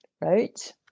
right